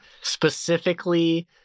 specifically